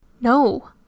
No